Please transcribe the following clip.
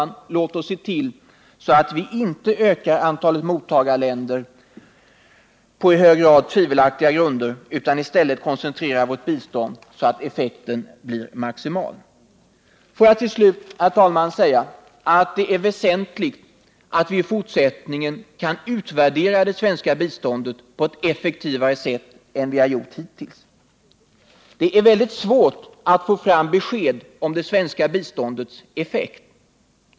Nej, låt oss nu se till att vi icke ökar antalet mottagarländer på i hög grad tvivelaktiga grunder utan i stället koncentrerar vårt bistånd så att effekten blir maximal. Får jag till slut, herr talman, säga att det är väsentligt att vi i fortsättningen kan utvärdera det svenska biståndet på ett effektivare sätt än vi har gjort hittills. Det är väldigt svårt att få fram besked om det svenska biståndets effekt.